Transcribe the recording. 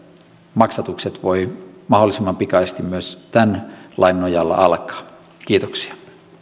maksatukset voivat mahdollisimman pikaisesti myös tämän lain nojalla alkaa kiitoksia